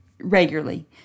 regularly